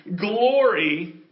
glory